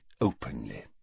openly